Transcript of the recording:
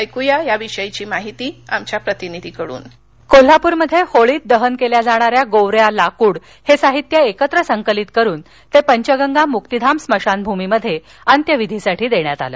ऐकूया या विषयीची माहिती आमच्या प्रतिनिधीकडून कोल्हापूरमध्ये होळीत दहन केल्या जाणाऱ्या गोवऱ्या लाकूड हे साहित्य एकत्र संकलन करून ते पंचगंगा मुक्तिधाम स्मशानभूमीत अंत्यविधीसाठी देण्यात आलं